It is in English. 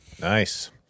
Nice